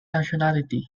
nationality